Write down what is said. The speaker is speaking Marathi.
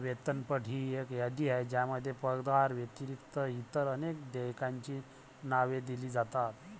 वेतनपट ही एक यादी आहे ज्यामध्ये पगाराव्यतिरिक्त इतर अनेक देयकांची नावे दिली जातात